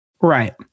Right